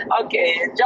Okay